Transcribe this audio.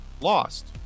Lost